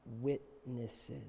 witnesses